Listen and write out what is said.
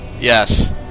Yes